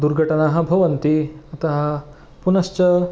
दुर्घटनाः भवन्ति अतः पुनश्च